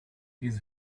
his